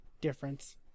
difference